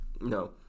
No